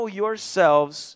yourselves